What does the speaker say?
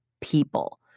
people